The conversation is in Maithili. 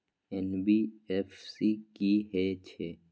एन.बी.एफ.सी की हे छे?